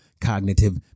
cognitive